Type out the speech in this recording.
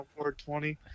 420